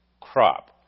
crop